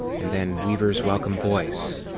and then weaver's welcome voice.